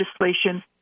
legislation